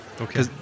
Okay